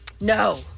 No